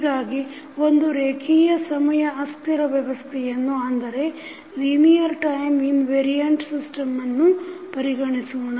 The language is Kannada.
ಹೀಗಾಗಿ ಒಂದು ರೇಖೀಯ ಸಮಯ ಅಸ್ಥಿರ ವ್ಯವಸ್ಥೆಯನ್ನು ಪರಿಗಣಿಸೋಣ